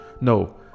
no